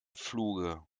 fluge